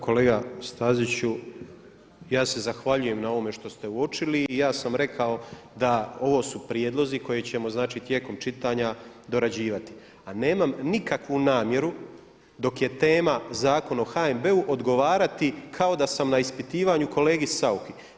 Kolega Staziću, ja se zahvaljujem na ovome što ste uočili i ja sam rekao da ovo su prijedlozi koje ćemo znači tijekom čitanja dorađivati, a nemam nikakvu namjeru dok je tema Zakon o HNB-u odgovarati kao da sam na ispitivanju kolegi Sauchi.